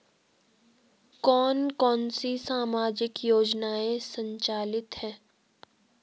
कौन कौनसी सामाजिक योजनाएँ संचालित है?